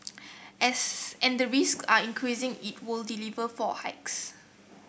as and the risk are increasing it will deliver four hikes